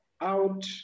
out